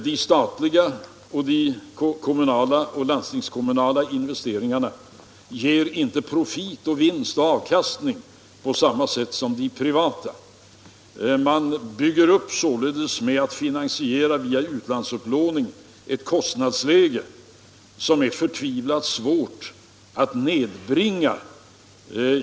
De statliga, kommunala och landstingskommunala investeringarna ger inte profit och avkastning på samma sätt som de privata. Genom en finansiering via utlandsupplåning bygger man således upp ett kostnadsläge som är förtvivlat svårt att nedbringa.